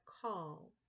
call